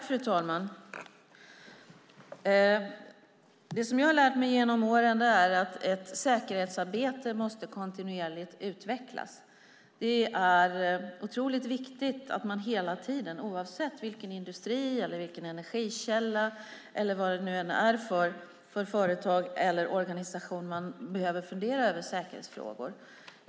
Fru talman! Det jag har lärt mig genom åren är att ett säkerhetsarbete måste utvecklas kontinuerligt. Det är otroligt viktigt hela tiden, oavsett i vilken industri eller energikälla, företag eller organisation, man behöver fundera över säkerhetsfrågor.